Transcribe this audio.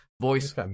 voice